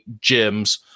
gyms